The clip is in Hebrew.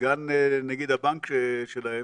מסגן נגיד הבנק הנורבגי,